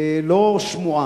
לא שמועה.